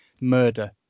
Murder